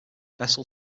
vessel